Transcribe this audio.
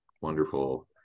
Wonderful